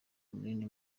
munini